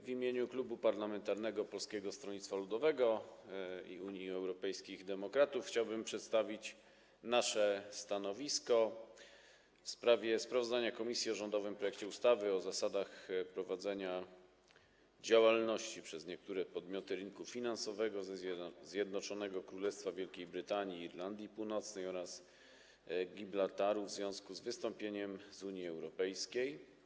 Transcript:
W imieniu Klubu Poselskiego Polskiego Stronnictwa Ludowego - Unii Europejskich Demokratów chciałbym przedstawić nasze stanowisko w sprawie sprawozdania komisji o rządowym projekcie ustawy o zasadach prowadzenia działalności przez niektóre podmioty rynku finansowego ze Zjednoczonego Królestwa Wielkiej Brytanii i Irlandii Północnej oraz Gibraltaru w związku z wystąpieniem z Unii Europejskiej.